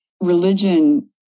religion